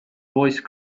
voice